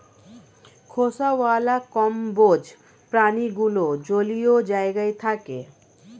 খোসাওয়ালা কম্বোজ প্রাণীগুলো জলীয় জায়গায় থাকে